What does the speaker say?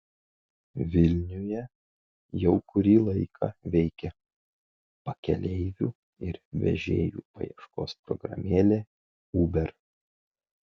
vilniuje jau kurį laiką veikia pakeleivių ir vežėjų paieškos programėlė uber